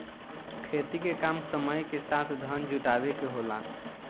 खेती के काम समय के साथ धन जुटावे के होला